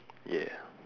yeah